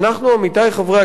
עמיתי חברי הכנסת,